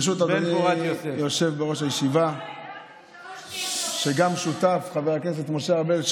ברשות אדוני היושב בראש הישיבה חבר הכנסת משה ארבל,